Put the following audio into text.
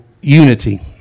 unity